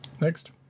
Next